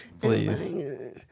please